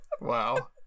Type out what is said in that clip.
Wow